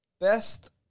best